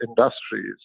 industries